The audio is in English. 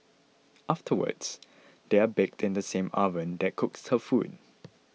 afterwards they are baked in the same oven that cooks her food